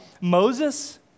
Moses